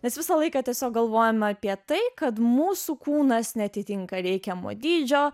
nes visą laiką tiesiog galvojama apie tai kad mūsų kūnas neatitinka reikiamo dydžio